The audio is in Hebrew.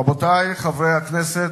רבותי חברי הכנסת,